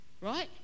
right